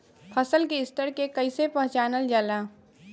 फसल के स्तर के कइसी पहचानल जाला